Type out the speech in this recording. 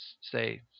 say